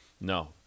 No